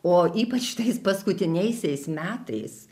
o ypač tais paskutiniaisiais metais